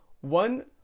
One